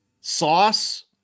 sauce